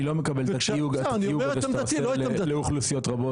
אני לא מקבל את התיוג הזה שאתה עושה לאוכלוסיות רבות.